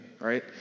right